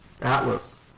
Atlas